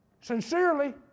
sincerely